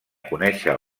conèixer